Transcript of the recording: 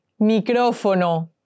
Micrófono